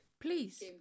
please